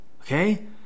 Okay